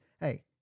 hey